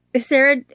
Sarah